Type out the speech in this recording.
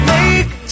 Make